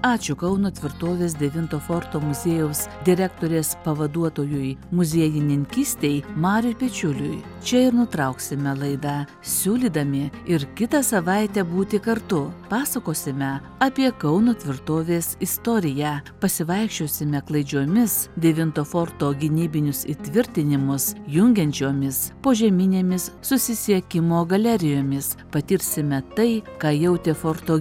ačiū kauno tvirtovės devinto forto muziejaus direktorės pavaduotojui muziejininkystei mariui pečiuliui čia ir nutrauksime laidą siūlydami ir kitą savaitę būti kartu pasakosime apie kauno tvirtovės istoriją pasivaikščiosime klaidžiomis devinto forto gynybinius įtvirtinimus jungiančiomis požeminėmis susisiekimo galerijomis patirsime tai ką jautė forto